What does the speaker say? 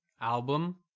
album